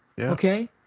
Okay